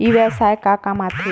ई व्यवसाय का काम आथे?